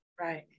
Right